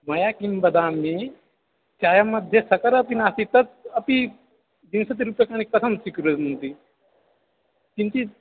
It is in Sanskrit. मया किं वदामि चायं मध्ये सकरमपि नास्ति तत् अपि विंशतिरूप्यकाणि कथं स्वीकुर्वन्ति किञ्चित्